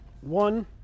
one